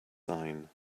sign